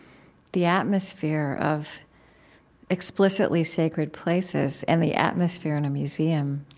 the atmosphere of explicitly sacred places and the atmosphere in a museum.